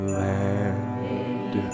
land